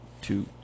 two